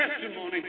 testimony